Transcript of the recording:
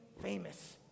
famous